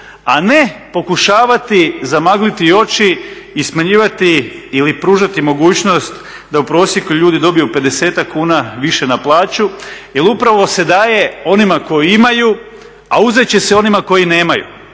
a ne pokušavati zamagliti oči i smanjivati ili pružati mogućnost da u prosjeku ljudi dobiju 50-ak kuna više na plaću jer upravo se daje onima koji imaju, a uzet će se onima koji nemaju.